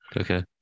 Okay